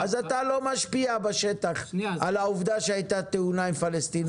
אז אתה לא משפיע בשטח על העבודה שהייתה תאונה עם פלסטינאים,